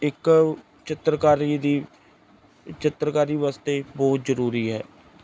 ਇੱਕ ਚਿੱਤਰਕਾਰੀ ਦੀ ਚਿੱਤਰਕਾਰੀ ਵਾਸਤੇ ਬਹੁਤ ਜ਼ਰੂਰੀ ਹੈ